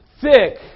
thick